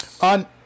On